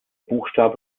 buchstabe